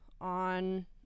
on